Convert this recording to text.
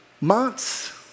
months